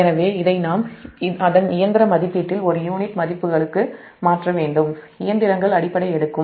எனவே இதை நாம் அதன் இயந்திர மதிப்பீட்டில் ஒரு யூனிட் மதிப்புகளுக்கு மாற்ற வேண்டும்